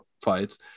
fights